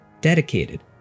dedicated